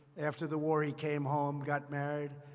after the war, he came home, got married,